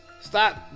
Stop